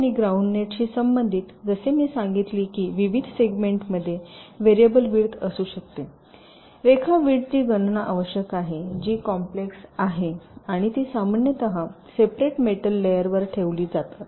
आणि ground net शी संबंधित जसे मी सांगितले की विविध सेगमेंटमध्ये व्हेरिऐबल विड्थ असू शकते रेखा विड्थची गणना आवश्यक आहे जी कॉम्प्लेक्स आहे आणि ती सामान्यत सेप्रेट मेटल लेयरवर ठेवली जातात